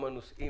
ארבעה תומכים,